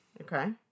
Okay